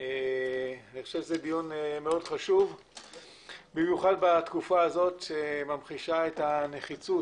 אני חושב שזה דיון מאוד חשוב במיוחד בתקופה הזאת שממחישה את הנחיצות